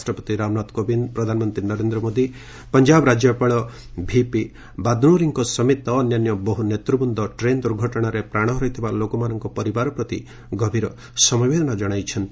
ରାଷ୍ଟ୍ରପତି ରାମନାଥ କୋବିନ୍ଦ ପ୍ରଧାନମନ୍ତ୍ରୀ ନରେନ୍ଦ୍ର ମୋଦି ପଞ୍ଜାବ ରାଜ୍ୟପାଳ ଭିପି ବାଦ୍ୱୋରୀଙ୍କ ସମେତ ଅନ୍ୟାନ୍ୟ ବହୁ ନେତୃବୃନ୍ଦ ଟ୍ରେନ୍ ଦୁର୍ଘଟଣାରେ ପ୍ରାଣ ହରାଇଥିବା ଲୋକମାନଙ୍କ ପରିବାର ପ୍ରତି ଗଭୀର ସମବେଦନା ଜଣାଇଛନ୍ତି